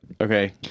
Okay